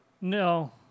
no